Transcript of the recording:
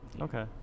Okay